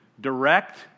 direct